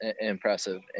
impressive